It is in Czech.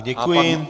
Děkuji.